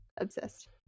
Obsessed